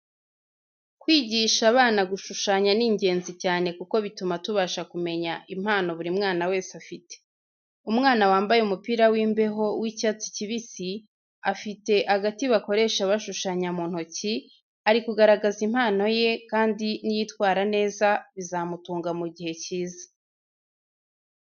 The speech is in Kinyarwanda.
Kwigisha abana gushushanya ni ingenzi cyane kuko bituma tubasha kumenya impano buri mwana wese afite. Umwana wambaye umupira w'imbeho w'icyatsi kibisi, afite agati bakoresha bashushanya mu ntoki, ari kugaragaza impano ye kandi niyitwara neza, bizamutunga mu gihe kiza.